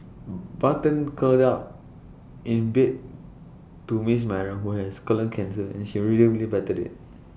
button curled out in bed to miss Myra who has colon cancer and she rhythmically patted IT